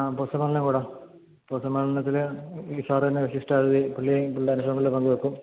ആ പൊതുസമ്മേളനം കൂടാം പൊതുസമ്മേളനത്തിൽ ഈ സാറ് തന്നെ വിശിഷ്ട അതിഥിയായി പുള്ളി പുള്ളിയുടെ അനുഭവങ്ങൾ പങ്കു വയ്ക്കും